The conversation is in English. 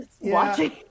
watching